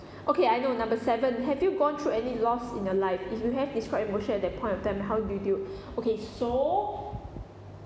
okay I know number seven have you gone through any loss in your life if you have describe your emotion at that point of time how did you okay so